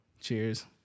Cheers